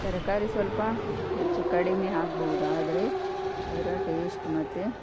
ತರಕಾರಿ ಸ್ವಲ್ಪ ಹೆಚ್ಚು ಕಡಿಮೆ ಆಗ್ಬೌದು ಆದರೆ ಅದರ ಟೇಶ್ಟ್ ಮತ್ತು